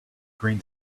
green